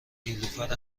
نیلوفر